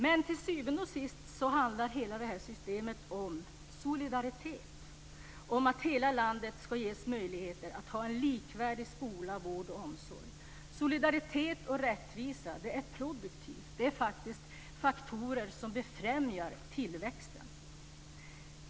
Men till syvende och sist handlar hela det här systemet om solidaritet, om att hela landet ska ges möjligheter att ha en likvärdig skola, vård och omsorg. Solidaritet och rättvisa är produktivt; det är faktorer som befrämjar tillväxten.